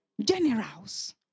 Generals